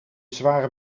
zware